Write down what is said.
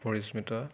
Parismita